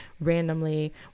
randomly